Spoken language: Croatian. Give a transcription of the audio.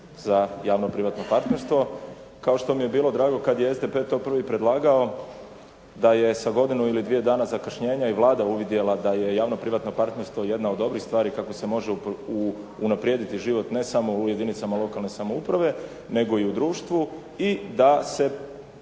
za javno privatno partnerstvo kao što mi je bilo drago kada je SDP to prvi predlagao da je sa godinu ili dvije zakašnjenja i Vlada uvidjela da je javo privatno partnerstvo jedna od dobrih stvari kako se može unaprijediti život ne samo u jedinicama lokalne samouprave, nego i u društvu i da se